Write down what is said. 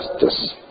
justice